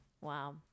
wow